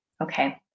Okay